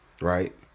right